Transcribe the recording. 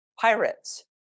pirates